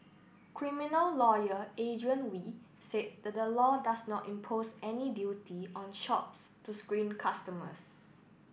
criminal lawyer Adrian Wee said that the law does not impose any duty on shops to screen customers